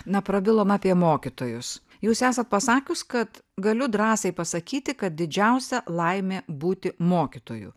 na prabilom apie mokytojus jūs esat pasakius kad galiu drąsiai pasakyti kad didžiausia laimė būti mokytoju